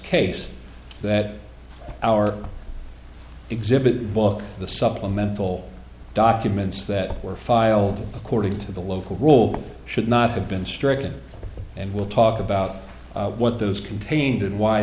case that our exhibit book the supplemental documents that were filed according to the local rule should not have been stricken and we'll talk about what those contained and why